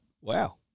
Wow